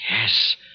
Yes